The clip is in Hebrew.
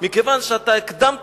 מכיוון שהקדמת,